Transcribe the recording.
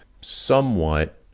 somewhat